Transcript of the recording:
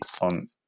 on